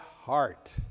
heart